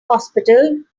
hospital